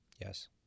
Yes